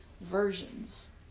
versions